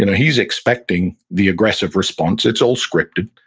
and he's expecting the aggressive response. it's all scripted.